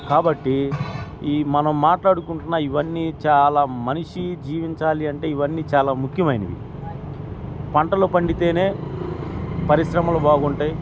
కాబట్టి ఈ మనం మాట్లాడుకుంటున్న ఇవన్నీ చాలా మనిషి జీవించాలి అంటే ఇవన్నీ చాలా ముఖ్యమైనవి పంటలు పండితేనే పరిశ్రమలు బాగుంటాయి